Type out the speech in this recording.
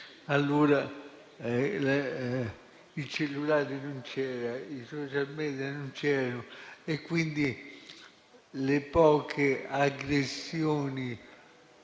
allora il cellulare non c'era, i *social media* non esistevano e quindi le poche aggressioni